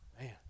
man